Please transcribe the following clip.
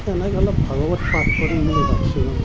এনেই অলপ ভাগৱত পাঠ কৰিম বুলি ভাবিছোঁ